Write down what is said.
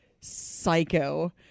psycho